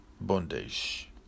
bondage